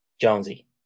Jonesy